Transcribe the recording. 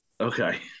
Okay